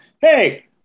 Hey